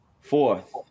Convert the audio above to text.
Fourth